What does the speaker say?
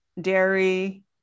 dairy